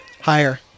Higher